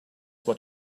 what